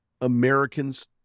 Americans